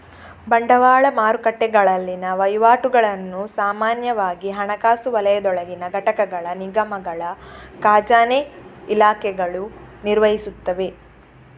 ಬಂಡವಾಳ ಮಾರುಕಟ್ಟೆಗಳಲ್ಲಿನ ವಹಿವಾಟುಗಳನ್ನು ಸಾಮಾನ್ಯವಾಗಿ ಹಣಕಾಸು ವಲಯದೊಳಗಿನ ಘಟಕಗಳ ನಿಗಮಗಳ ಖಜಾನೆ ಇಲಾಖೆಗಳು ನಿರ್ವಹಿಸುತ್ತವೆ